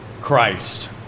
Christ